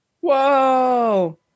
whoa